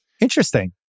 Interesting